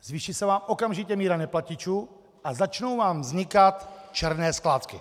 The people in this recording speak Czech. Zvýší se vám okamžitě míra neplatičů a začnou vám vznikat černé skládky.